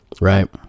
Right